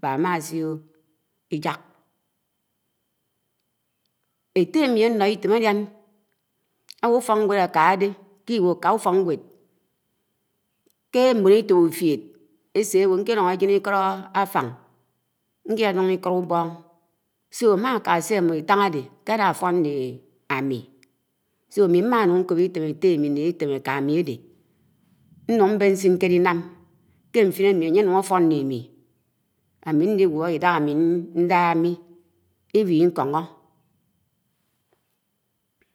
bá ámasio̱ Ijàk, étte ámi áno̱ Itém álian, áwo̱ ufóknwéd ákaha dé ḱiwo̱ kà ufo̱knw̄ed, ké mbón íto̱p úfued ésewo̱ ñkelo̱n àjen Íko̱d átan, Ikilo̱no̱ Iḱo̱d úbo̱n, ámakà sè em̄mo̱ Itan, áde, ḱela fo̱n ñde ámi, ámi m̄anuṉ ńko̱p Item etté ámmi ñde Itém ékami, áde. M̄ben ñsin kè álinam. Kè ñfin ámi ánye ánun àto̱n ñle ámi, ámi̱ ñligwo̱ ídahà ámi ñdahà m̄ni ígwo̱ iko̱no̱.